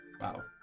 Wow